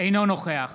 אינו נוכח